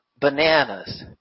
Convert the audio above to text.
bananas